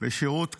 שירות קרבי,